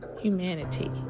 humanity